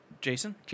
Jason